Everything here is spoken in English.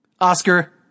Oscar